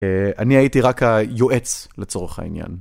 אני הייתי רק היועץ לצורך העניין.